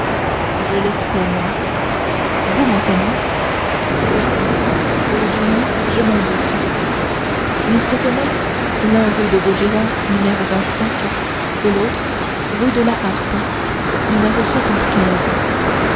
je le sais moi vous monseigneur oui ou du moins je m'en doute ils se tenaient l'un rue de vaugirard et l'autre rue de la harpe